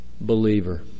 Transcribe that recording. believer